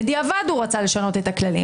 בדיעבד הוא רצה לשנות את הכללים.